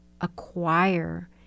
acquire